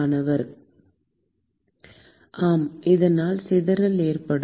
மாணவர் ஆம் அதனால் சிதறல் ஏற்படும்